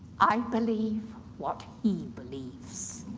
i believe what he believes.